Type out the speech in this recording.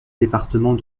département